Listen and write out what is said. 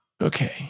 Okay